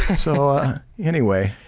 so anyway,